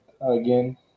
again